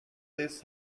this